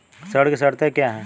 ऋण की शर्तें क्या हैं?